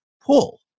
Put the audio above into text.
pull